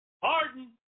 pardon